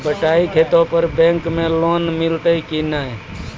बटाई खेती पर बैंक मे लोन मिलतै कि नैय?